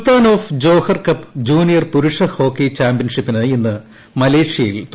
Sultan of Johor Cup junior പുരുഷ hockey ചാമ്പ്യൻഷിപ്പിന് ഇന്ന് മലേഷ്യയിൽ തുടക്കമാകും